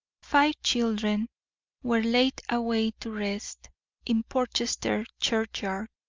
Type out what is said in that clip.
five children were laid away to rest in portchester churchyard,